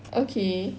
okay